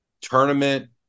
tournament